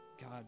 God